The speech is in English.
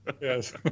Yes